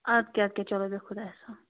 اَدٕ کیٛاہ اَدٕ کیٛاہ چلو بیٚہہ خُدایَس حوال